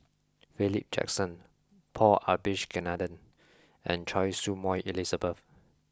Philip Jackson Paul Abisheganaden and Choy Su Moi Elizabeth